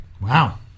Wow